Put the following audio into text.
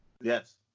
Yes